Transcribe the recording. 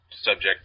subject